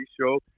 show